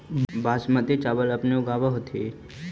बासमती चाबल अपने ऊगाब होथिं?